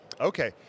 okay